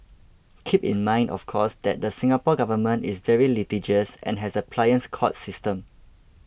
keep in mind of course that the Singapore Government is very litigious and has a pliant court system